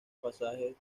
pasajes